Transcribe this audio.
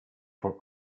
for